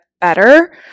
better